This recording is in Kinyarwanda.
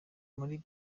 muri